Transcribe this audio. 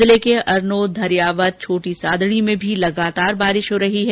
जिले के अरनोद धरियावाद छोटी सादड़ी में भी लगातार बारिश हो रही है